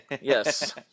Yes